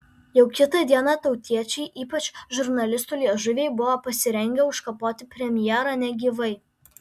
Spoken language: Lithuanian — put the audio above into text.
jau kitą dieną tautiečiai o ypač žurnalistų liežuviai buvo pasirengę užkapoti premjerą negyvai